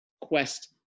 quest